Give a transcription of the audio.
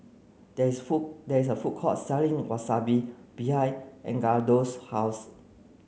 there is a food there is a food court selling Wasabi behind Edgardo's house